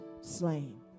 slain